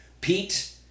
Pete